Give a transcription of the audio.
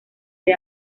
del